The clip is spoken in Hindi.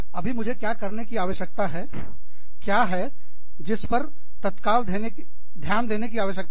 अभी मुझे क्या करने की आवश्यकता है क्या है जिस पर तत्काल ध्यान देने की आवश्यकता है